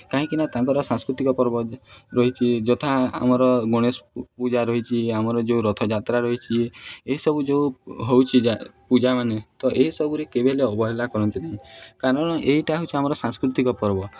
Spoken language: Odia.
କାହିଁକିନା ତାଙ୍କର ସାଂସ୍କୃତିକ ପର୍ବ ରହିଛି ଯଥା ଆମର ଗଣେଶ ପୂଜା ରହିଛି ଆମର ଯେଉଁ ରଥଯାତ୍ରା ରହିଛି ଏସବୁ ଯେଉଁ ହେଉଛି ପୂଜାମାନେ ତ ଏସବୁରେ କେବେ ହେଲେ ଅବହେଳା କରନ୍ତି ନାହିଁ କାରଣ ଏଇଟା ହେଉଛି ଆମର ସାଂସ୍କୃତିକ ପର୍ବ